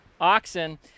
oxen